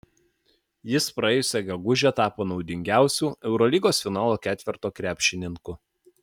jis praėjusią gegužę tapo naudingiausiu eurolygos finalo ketverto krepšininku